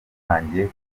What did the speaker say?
hatangiye